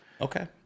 okay